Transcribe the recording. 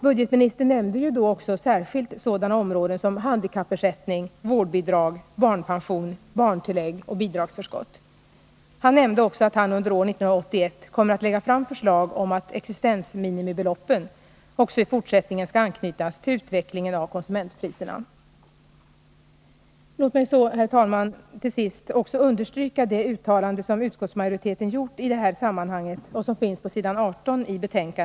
Budgetministern nämnde då också särskilt sådana områden som handikappersättning, vårdbidrag, barnpension, barntillägg och bidragsförskott. Han nämnde också att han under år 1981 kommer att lägga fram förslag om att existensminimibeloppen också i fortsättningen skall anknytas till utvecklingen av konsumentpriserna. Låt mig, herr talman, till sist också understryka det uttalande som utskottsmajoriteten gjort i det här sammanhanget och som för mig och folkpartiet är viktigt.